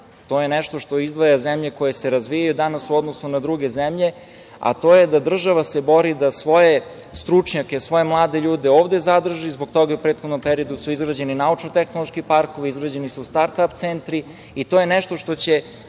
To je nešto što izdvaja zemlje koje se razvijaju danas u odnosu na druge zemlje, a to je da se država bori da svoje stručnjake, svoje mlade ljude ovde zadrži. Zbog toga su u prethodnom periodu izgrađeni naučno-tehnološki parkovi, izgrađeni su start-ap centri i to je nešto što će